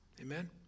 amen